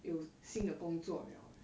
有新的工作 liao eh